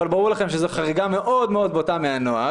אבל ברור לכם שזו חריגה מאוד מאוד בוטה מהנוהג,